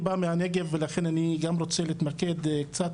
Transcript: אני בא מהנגב ולכן אני גם רוצה להתמקד קצת